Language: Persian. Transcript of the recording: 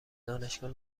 دانشگاه